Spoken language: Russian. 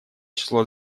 число